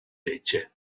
lecce